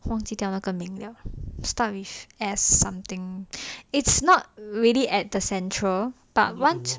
忘记掉那个名了 start with S something it's not really at the central but once